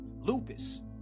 lupus